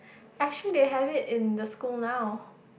I sure they have it in the school now